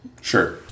Sure